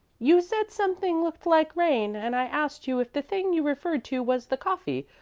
you said something looked like rain, and i asked you if the thing you referred to was the coffee,